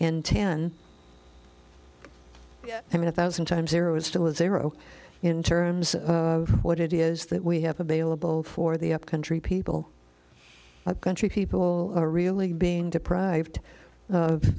a thousand times there was still a zero in terms of what it is that we have available for the upcountry people country people are really being deprived of